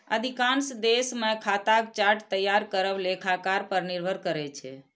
अधिकांश देश मे खाताक चार्ट तैयार करब लेखाकार पर निर्भर करै छै